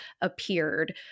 appeared